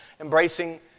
embracing